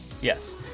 Yes